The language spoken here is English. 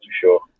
sure